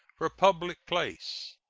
for public place.